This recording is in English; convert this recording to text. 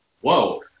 whoa